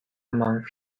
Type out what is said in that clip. among